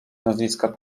nazwiska